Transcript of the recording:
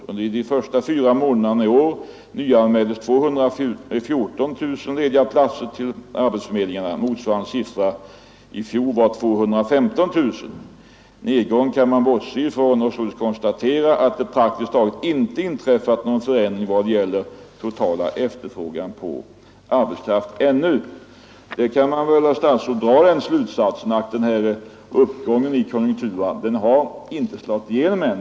Under de fyra första månaderna i år nyanmäldes 214 000 lediga platser till arbetsförmedlingarna. Motsvarande siffra förra året var 215 000. Nedgången kan man bortse ifrån och således konstatera att det praktiskt taget inte inträffat någon förändring vad gäller den totala efterfrågan på arbetskraft ännu.” Man kan väl, herr statsråd, dra den slutsatsen att uppgången i konjunkturerna inte har slagit igenom än.